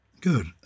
Good